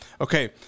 Okay